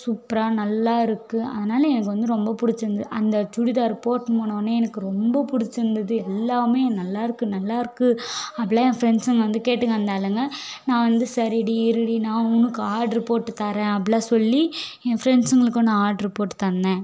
சூப்பராக நல்லாயிருக்கு அதனால் எனக்கு வந்து ரொம்ப பிடிச்சிருந்தது அந்த சுடிதார் போட்கினு போனோடன்னே எனக்கு ரொம்ப பிடிச்சிருந்தது எல்லாமே நல்லாயிருக்கு நல்லாயிருக்கு அப்பிடிலாம் என் ஃபிரண்ட்ஸ்சுங்கள் வந்து கேட்டுக்க வந்தாளுங்க நான் வந்து சரிடி இருடி நான் உனக்கு ஆர்ட்ரு போட்டு தரேன் அப்பிடிலாம் சொல்லி என் ஃபிரண்ட்ஸ்சுங்களுக்கும் நான் ஆர்ட்ரு போட்டு தந்தேன்